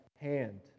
hand